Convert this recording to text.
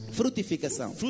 frutificação